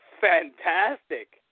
fantastic